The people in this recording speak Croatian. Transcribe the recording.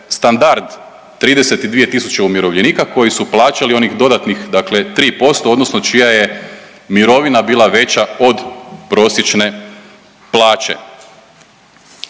standard 32 tisuće umirovljenika koji su plaćali onih dodatnih dakle 3% odnosno čija je mirovina bila veća od prosječne plaće.